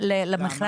שירות